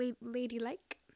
ladylike